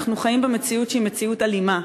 אנחנו חיים במציאות שהיא מציאות אלימה,